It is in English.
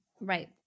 right